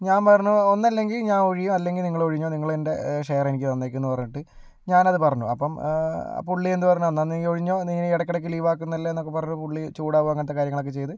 ഞാൻ പറഞ്ഞു ഒന്നില്ലെങ്കിൽ ഞാൻ ഒഴിയും അല്ലെങ്കിൽ നിങ്ങൾ ഒഴിഞ്ഞോ നിങ്ങൾ എൻ്റെ ഷെയർ എനിക്ക് തന്നേക്ക് എന്ന് പറഞ്ഞിട്ട് ഞാൻ അത് പറഞ്ഞു അപ്പം പുള്ളി എന്ത് പറഞ്ഞു എന്നാൽ നീ ഒഴിഞ്ഞോ നീ ഇടയ്ക്ക് ഇടയ്ക്ക് ലീവ് ആകുന്നത് അല്ലേന്നൊക്കെ പറഞ്ഞ് പുള്ളി ചൂടാവുക അങ്ങനത്തെ കാര്യങ്ങളൊക്കെ ചെയ്ത്